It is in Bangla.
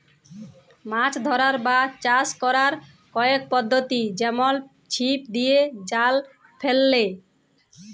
মাছ ধ্যরার বা চাষ ক্যরার কয়েক পদ্ধতি যেমল ছিপ দিঁয়ে, জাল ফ্যাইলে